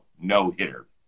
no-hitter